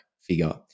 figure